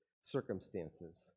circumstances